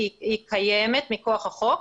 כי היא קיימת מכוח החוק,